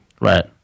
Right